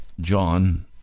John